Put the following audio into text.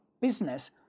business